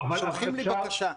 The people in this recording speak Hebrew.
שולחים לי בקשה.